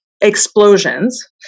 explosions